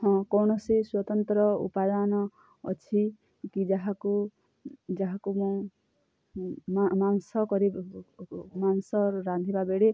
ହଁ କୌଣସି ସ୍ଵତନ୍ତ୍ର ଉପାଦାନ ଅଛି କି ଯାହାକୁ ଯାହାକୁ ମୁଁ ମାଂସ କରି ମାଂସ ରାନ୍ଧିଲା ବେଳେ